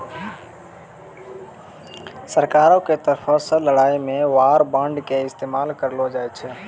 सरकारो के तरफो से लड़ाई मे वार बांड के इस्तेमाल करलो जाय छै